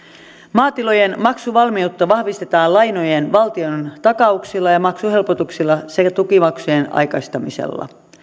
maatilojen maksuvalmiutta vahvistetaan lainojen valtiontakauksilla ja maksuhelpotuksilla sekä tukimaksujen aikaistamisella